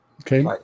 Okay